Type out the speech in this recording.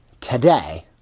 today